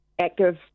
active